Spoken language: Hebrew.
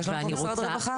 הרווחה.